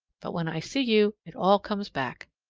but when i see you, it all comes back.